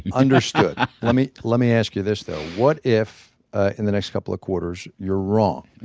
and understood. let me let me ask you this though. what if in the next couple of quarters you're wrong?